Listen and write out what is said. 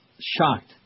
shocked